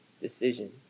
decision